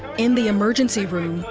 in the emergency room,